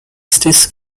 stage